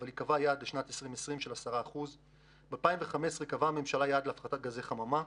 לשנת 2020. ב-2015 קבעה הממשלה יעד להפחתת גזי חממה,